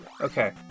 Okay